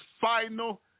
final